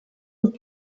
und